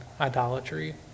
idolatry